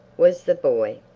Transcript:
was the boy.